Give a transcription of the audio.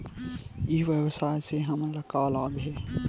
ई व्यवसाय से हमन ला का लाभ हे?